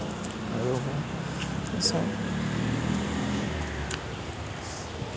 আৰু